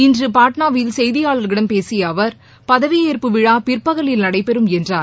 இன்று பாட்னாவில் செய்தியாளர்களிடம் பேசிய அவர் பதவியேற்பு விழா பிற்பகலில் நடைபெறும் என்றார்